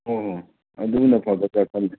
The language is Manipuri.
ꯑꯣ ꯑꯗꯨꯅ ꯑꯐꯕ ꯆꯠꯀꯅꯤ